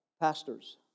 pastors